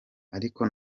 ariko